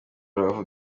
rubavu